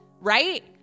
right